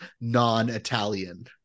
non-italian